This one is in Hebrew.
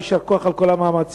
ויישר כוח על כל המאמצים.